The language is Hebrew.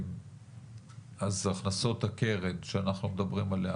אז הכנסות הקרן שאנחנו מדברים עליה